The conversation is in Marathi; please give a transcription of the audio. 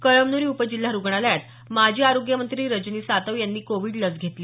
कळमन्री उपजिल्हा रुग्णालयात माजी आरोग्यमंत्री रजनी सातव यांनी कोविड लस घेतली